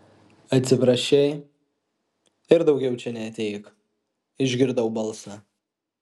atsiprašei ir daugiau čia neateik išgirdau balsą